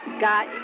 got